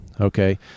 Okay